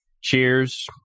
cheers